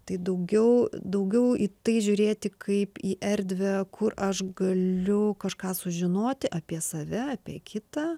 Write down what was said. tai daugiau daugiau į tai žiūrėti kaip į erdvę kur aš galiu kažką sužinoti apie save apie kitą